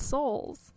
Souls